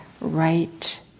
right